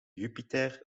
jupiter